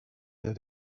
their